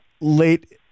late